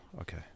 Okay